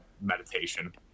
meditation